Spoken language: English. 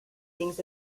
things